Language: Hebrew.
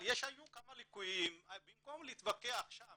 אבל היו כמה ליקויים ובמקום להתווכח שם